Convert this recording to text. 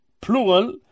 plural